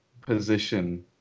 position